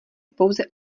pouze